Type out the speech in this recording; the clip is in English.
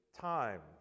time